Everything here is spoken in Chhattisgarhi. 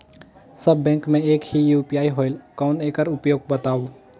सब बैंक मे एक ही यू.पी.आई होएल कौन एकर उपयोग बताव?